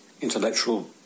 intellectual